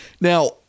Now